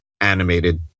animated